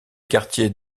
quartiers